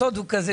הסוד הוא כזה,